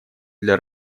для